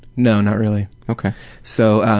no, not really. so,